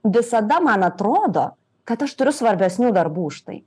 visada man atrodo kad aš turiu svarbesnių darbų už tai